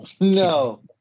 No